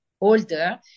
older